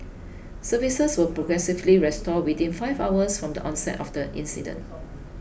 services were progressively restored within five hours from the onset of the incident